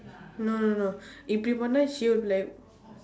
no no no if she'll be like